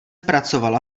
pracovala